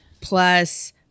plus